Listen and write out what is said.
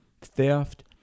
theft